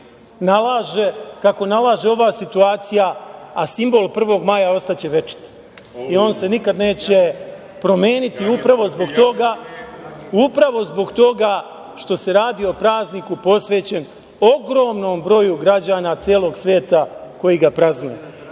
kako nalaže ova situacija, a simbol 1. maja ostaće večit i on se nikad neće promeniti upravo zbog toga što se radi o prazniku posvećenom ogromnom broju građana celog sveta koji ga praznuju. Pozivam